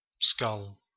skull